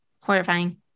Horrifying